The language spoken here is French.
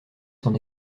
son